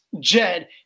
Jed